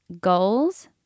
goals